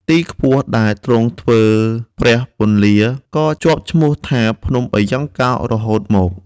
ទីខ្ពស់ដែលទ្រង់ធ្វើព្រះពន្លាក៏ជាប់ឈ្មោះថា ភ្នំបាយ៉ង់កោររហូតមក។